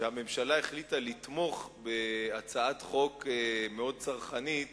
הממשלה החליטה לתמוך בהצעת חוק מאוד צרכנית